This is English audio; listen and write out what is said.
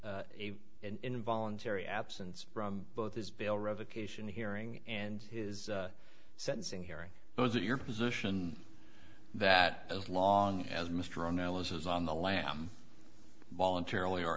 an involuntary absence from both his bail revocation hearing and his sentencing hearing but was it your position that as long as mr analysis on the lam voluntarily